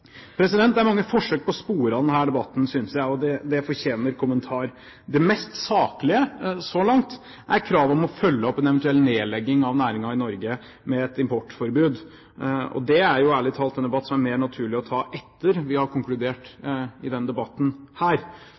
Det er mange forsøk på å spore av denne debatten, synes jeg, og det fortjener en kommentar. Det mest saklige så langt er kravet om å følge opp en eventuell nedlegging av næringen i Norge med et importforbud. Det er jo ærlig talt en debatt som er mer naturlig å ta etter at vi har konkludert i denne debatten her.